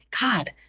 God